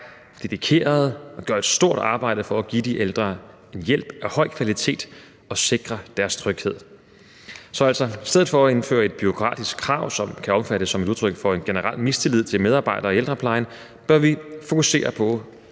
dedikerede og gør et stort arbejde for at give de ældre en hjælp af høj kvalitet og sikre deres tryghed. Så i stedet for at indføre et bureaukratisk krav, som kan opfattes som et udtryk for en generel mistillid til medarbejdere i ældreplejen, bør vi fokusere på,